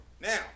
now